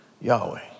Yahweh